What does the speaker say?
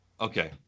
Okay